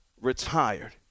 retired